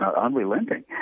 unrelenting